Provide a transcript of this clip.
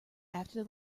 after